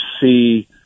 see